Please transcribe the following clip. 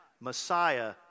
Messiah